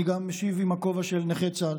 אני גם משיב בכובע של נכי צה"ל,